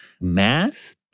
mass